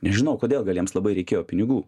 nežinau kodėl gal jiems labai reikėjo pinigų